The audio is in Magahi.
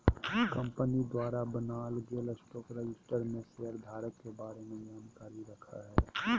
कंपनी द्वारा बनाल गेल स्टॉक रजिस्टर में शेयर धारक के बारे में जानकारी रखय हइ